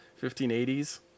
1580s